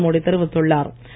நரேந்திரமோடி தெரிவித்துள்ளார்